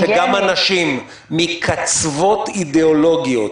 -- שגם אנשים מקצוות אידיאולוגיים,